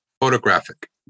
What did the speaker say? photographic